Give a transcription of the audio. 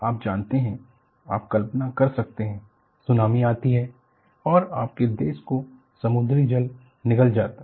आप जानते हैं आप कल्पना कर सकते हैं सुनामी आती है और आपके देश को समुद्री जल निगल जाती है